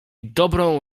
dobrą